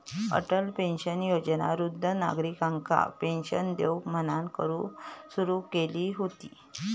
Atal pension योजना वृद्ध नागरिकांका पेंशन देऊक म्हणान सुरू केली हुती